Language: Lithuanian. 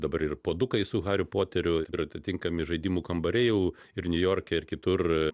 dabar ir puodukai su hariu poteriu ir atitinkami žaidimų kambariai jau ir niujorke ir kitur